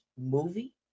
movie